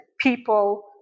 people